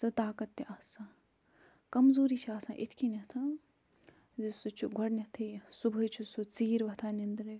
تہِ طاقَت تہِ آسان کَمزوٗری چھِ آسان یِتھ کۭنۍ زِ سُہ چھُ گۄڈٕنیٚتھٕے صُبحٲے چھُ سُہ ژیٖرۍ وۄتھان نِندرِ